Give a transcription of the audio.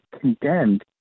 condemned